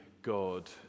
God